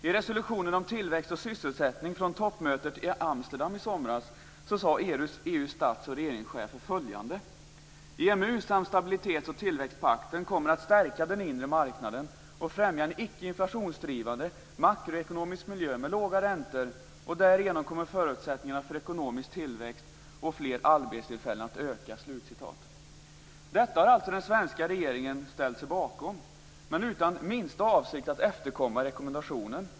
I resolutionen om tillväxt och sysselsättning från toppmötet i Amsterdam sade EU:s stats och regeringschefer: "EMU samt stabilitets och tillväxtpakten kommer att stärka den inre marknaden och främja en icke-inflationsdrivande, makroekonomisk miljö med låga räntor, och därigenom kommer förutsättningarna för ekonomisk tillväxt och fler arbetstillfällen att öka". Detta har alltså regeringen ställt sig bakom, men utan minsta avsikt att efterkomma rekommendationen.